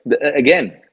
again